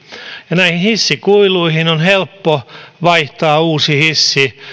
ja näihin hissikuiluihin on helppo vaihtaa uusi hissi